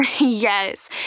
Yes